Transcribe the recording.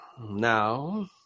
Now